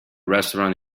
restaurant